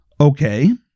Okay